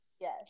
Yes